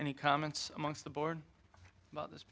any comments amongst the board about this